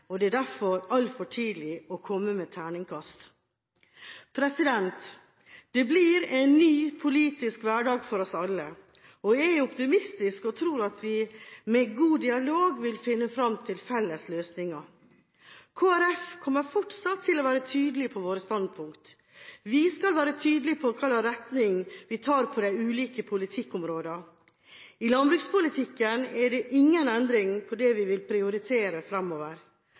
Det er derfor altfor tidlig å komme med terningkast. Det blir en ny politisk hverdag for oss alle, og jeg er optimistisk og tror at vi med god dialog vil finne fram til felles løsninger. Kristelig Folkeparti kommer fortsatt til å være tydelig på våre standpunkt. Vi skal være tydelig på hvilken retning vi tar på de ulike politikkområdene. I landbrukspolitikken er det ingen endring på det vi vil prioritere